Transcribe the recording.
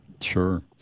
Sure